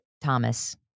Thomas